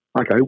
Okay